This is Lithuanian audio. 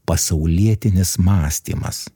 pasaulietinis mąstymas